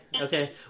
okay